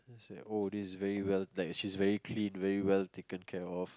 oh this is very well like she's very clean very well taken care of